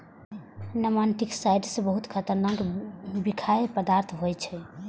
nematicides बहुत खतरनाक बिखाह पदार्थ होइ छै